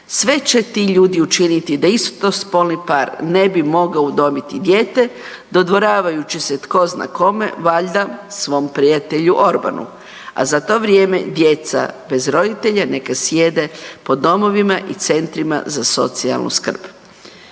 Sve će ti ljudi učiniti da istospolni par ne bi mogao udomiti dijete dodvoravajući se tko zna kome, valjda svom prijatelju Orbanu. A za to vrijeme djeca bez roditelja neka sjede po domovima i centrima za socijalnu skrb.